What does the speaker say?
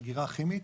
של אגירה הכימית,